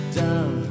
down